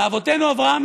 מאבותינו אברהם,